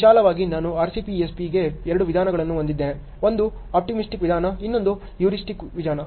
ವಿಶಾಲವಾಗಿ ನಾನು RCPSPಗೆ ಎರಡು ವಿಧಾನಗಳನ್ನು ಹೊಂದಿದ್ದೇನೆ ಒಂದು ಆಪ್ಟಿಮೈಸೇಶನ್ ವಿಧಾನ ಇನ್ನೊಂದು ಹ್ಯೂರಿಸ್ಟಿಕ್ ವಿಧಾನ